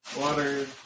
water